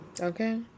Okay